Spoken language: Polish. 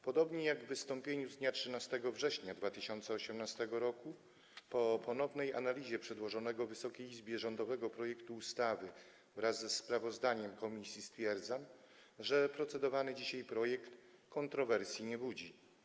Podobnie jak w wystąpieniu z dnia 13 września 2018 r., po ponownej analizie przedłożonego Wysokiej Izbie rządowego projektu ustawy wraz ze sprawozdaniem komisji stwierdzam, że procedowany dzisiaj projekt kontrowersji nie budzi.